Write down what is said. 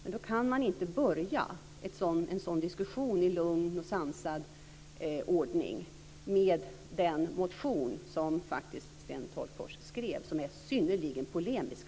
Men man kan inte börja en sådan diskussion i lugn och sansad ordning med den motion som Sten Tolgfors faktiskt skrev, och som är synnerligen polemisk.